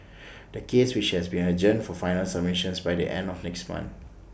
the case has been adjourned for final submissions by the end of next month